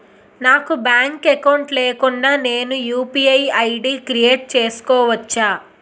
నాకు bank account లేకుండా నేను యు.పి.ఐ ఐ.డి క్రియేట్ చేసుకోవచ్చా?